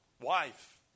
Wife